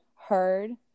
heard